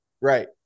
Right